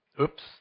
Oops